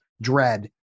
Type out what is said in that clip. dread